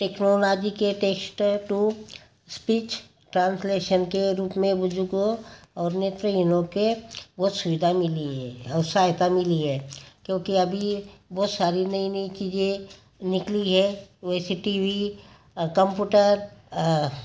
technology के text to speech translation के रूप में मुझको और नेत्रहीनों को वो सुविधा मिली है औ सहायता मिली हैं क्योंकि अभी ये बहुत सारी नई नई चीज़ें निकली है वैसे टी वी कम्पूटर